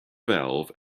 valve